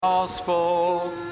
Gospel